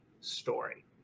story